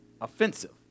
offensive